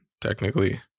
Technically